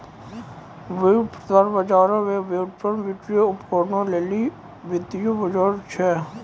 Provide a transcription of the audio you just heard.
व्युत्पादन बजारो मे व्युत्पादन, वित्तीय उपकरणो लेली वित्तीय बजार छै